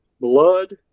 blood